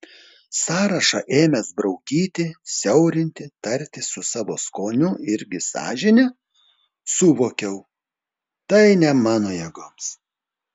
sąrašą ėmęs braukyti siaurinti tartis su savo skoniu irgi sąžine suvokiau tai ne mano jėgoms